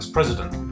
President